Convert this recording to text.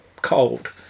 cold